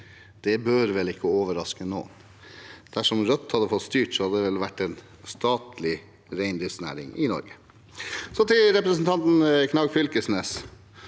bør vel ikke overraske noen. Dersom Rødt hadde fått styre, hadde det vel vært en statlig reindriftsnæring i Norge. Så til representanten Knag Fylkesnes: